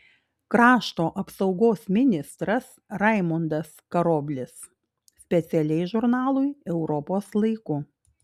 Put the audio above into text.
krašto apsaugos ministras raimundas karoblis specialiai žurnalui europos laiku